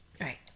right